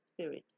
Spirit